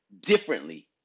differently